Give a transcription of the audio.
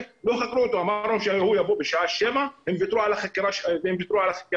אמרו שהוא יבוא בשעה 7 והם ויתרו על החקירה שלו.